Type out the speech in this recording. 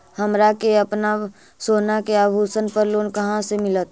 हमरा के अपना सोना के आभूषण पर लोन कहाँ से मिलत?